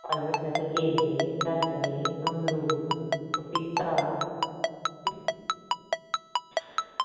असें रक्खे दे केले संतरे अमरूद पपीता